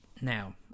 now